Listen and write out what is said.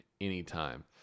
anytime